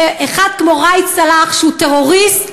באחד כמו ראאד סלאח שהוא טרוריסט,